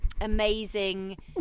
amazing